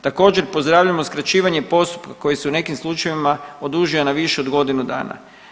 Također pozdravljamo skraćivanje postupka koji se u nekim slučajevima odužuje na više od godinu dana.